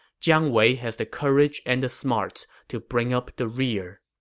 jiang wei has the courage and the smarts to bring up the rear.